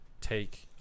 take